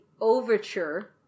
overture